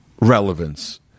relevance